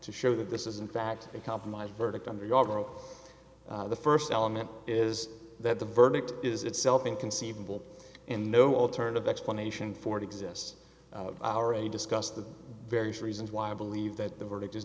to show that this is in fact a compromised verdict on the first element is that the verdict is itself inconceivable and no alternative explanation for it exists already discussed the various reasons why i believe that the verdict is